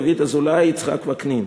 דוד אזולאי ויצחק וקנין.